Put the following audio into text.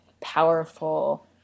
powerful